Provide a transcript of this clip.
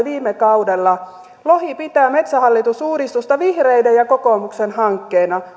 viime kaudella että hän pitää metsähallitus uudistusta vihreiden ja kokoomuksen hankkeena